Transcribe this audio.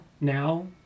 now